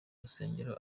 rusengero